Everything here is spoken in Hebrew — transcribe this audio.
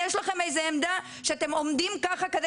יש לכם איזה עמדה שאתם עומדים ככה כדי